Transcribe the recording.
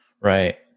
Right